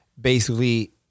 basically-